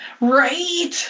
Right